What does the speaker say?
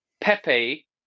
Pepe